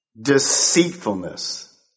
deceitfulness